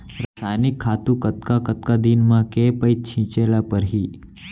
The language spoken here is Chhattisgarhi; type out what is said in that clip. रसायनिक खातू कतका कतका दिन म, के पइत छिंचे ल परहि?